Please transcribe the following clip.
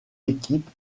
équipe